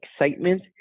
excitement